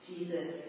Jesus